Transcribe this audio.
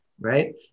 right